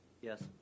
Yes